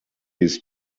his